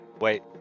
Wait